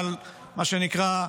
אבל מה שנקרא,